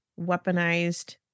weaponized